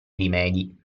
rimedi